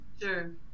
Sure